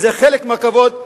וזה חלק מהכבוד,